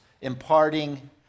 imparting